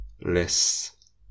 less